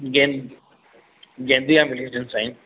gain गेंदे जा मिली वञनि साईं